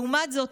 לעומת זאת,